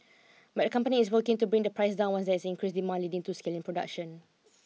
but the company is working to bring the price down once there is increased demand leading to scale in production